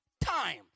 time